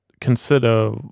consider